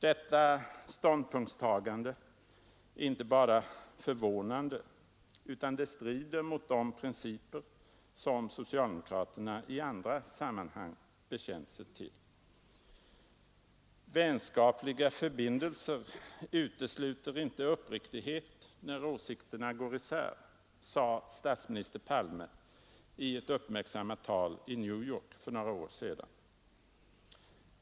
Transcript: Detta ståndpunktstagande är inte bara förvånande, utan det strider mot de principer som socialdemokraterna i andra sammanhang bekänt sig till. Vänskapliga förbindelser utesluter inte uppriktighet när åsikterna går isär, sade statsminister Palme i ett uppmärksammat tal i New York för några år sedan.